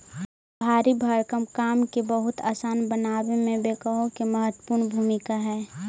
भारी भरकम काम के बहुत असान बनावे में बेक्हो के महत्त्वपूर्ण भूमिका हई